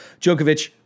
Djokovic